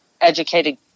educated